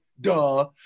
duh